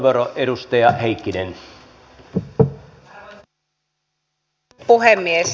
arvoisa herra puhemies